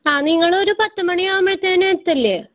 ആ നിങ്ങൾ ഒരു പത്ത് മണി ആവുമ്പോഴത്തേന് എത്തില്ലേ